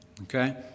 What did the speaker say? Okay